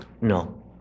no